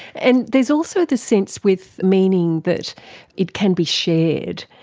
and there's also the sense with meaning that it can be shared.